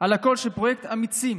על הכול שפרויקט אמיצים